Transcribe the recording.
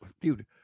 Dude